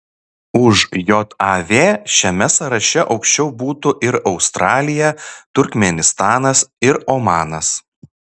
už jav šiame sąraše aukščiau būtų ir australija turkmėnistanas ir omanas